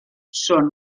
són